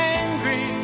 angry